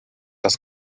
das